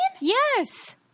Yes